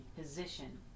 position